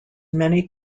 many